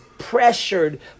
pressured